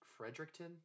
Fredericton